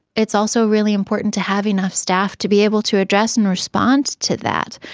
it's also really important to have enough staff to be able to address and respond to that.